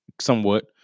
somewhat